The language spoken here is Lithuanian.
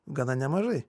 gana nemažai